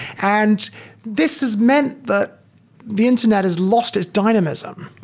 and this has meant that the internet has lost as dynamism.